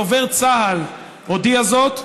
דובר צה"ל הודיע זאת,